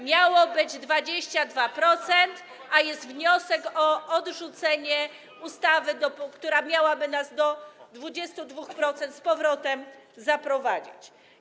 Miało być 22%, a jest wniosek o odrzucenie ustawy, która miałaby nas do tych 22% z powrotem zaprowadzić.